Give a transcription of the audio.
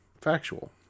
Factual